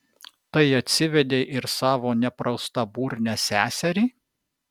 tai atsivedei ir savo nepraustaburnę seserį